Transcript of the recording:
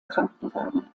krankenwagen